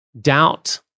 doubt